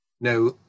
Now